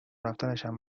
رفتنشم